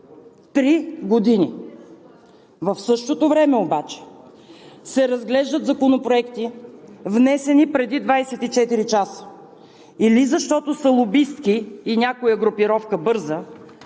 Три години! В същото време обаче се разглеждат законопроекти, внесени преди 24 часа или защото са лобистки и някоя групировка бърза,